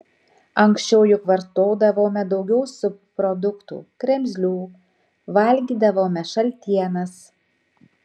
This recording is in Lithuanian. anksčiau juk vartodavome daugiau subproduktų kremzlių valgydavome šaltienas